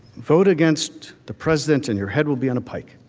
vote against the president, and your head will be on a pike.